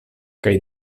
kaj